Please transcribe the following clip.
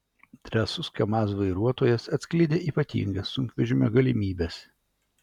drąsus kamaz vairuotojas atskleidė ypatingas sunkvežimio galimybes